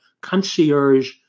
concierge